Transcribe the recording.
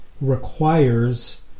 requires